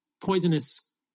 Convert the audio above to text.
poisonous